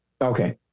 Okay